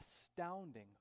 astounding